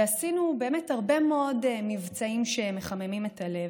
ובאמת עשינו הרבה מאוד מבצעים שמחממים את הלב,